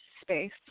space